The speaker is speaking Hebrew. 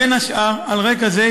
על רקע זה,